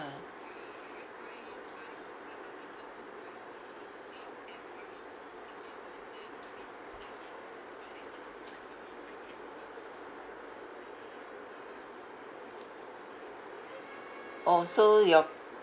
orh so your